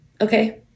okay